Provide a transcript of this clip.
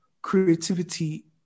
Creativity